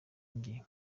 njye